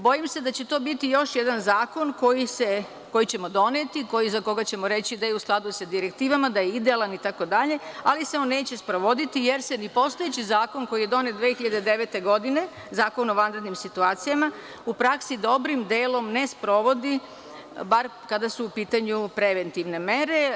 Bojim se da će to biti još jedan zakon koji ćemo doneti, za koga ćemo reći da je u skladu sa direktivama, da je idealan itd, ali se on neće sprovoditi jer se ni postojeći zakon koji je donet 2009. godine, Zakon o vanrednim situacijama, u praksi dobrom delom ne sprovodi bar kada su u pitanju preventivne mere.